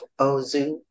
Ozu